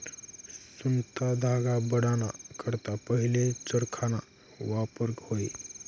सुतना धागा बनाडा करता पहिले चरखाना वापर व्हये